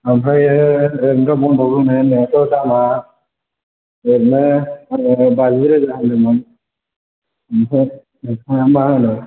ओमफ्राय ओरैनोथ' बन्द'ग होनो होननायाथ' दामा ओरैनो आङो बाजि रोजा होन्दोंमोन ओमफ्राय नोंथाङा मा होनो